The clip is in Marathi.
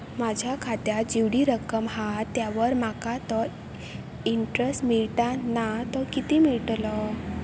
माझ्या खात्यात जेवढी रक्कम हा त्यावर माका तो इंटरेस्ट मिळता ना तो किती मिळतलो?